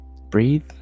breathe